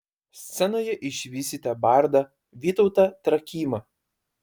scenoje išvysite bardą vytautą trakymą